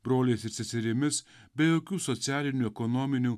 broliais ir seserimis be jokių socialinių ekonominių